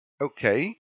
okay